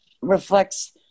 reflects